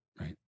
Right